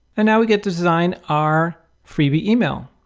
and now we get to design our freebie email.